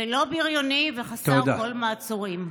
ולא בריוני וחסר כל מעצורים.